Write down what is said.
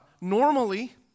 Normally